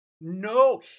No